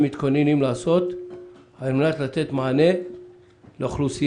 מתכוננים לעשות על מנת לתת מענה לאוכלוסייה.